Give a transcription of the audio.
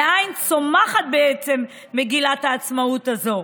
מאין צומחת בעצם מגילת העצמאות הזו.